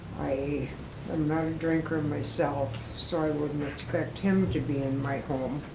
i am not a drinker myself, so i wouldn't expect him to be in my home.